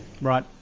Right